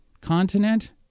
continent